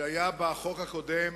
שהיה בחוק הקודם,